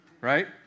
right